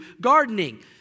gardening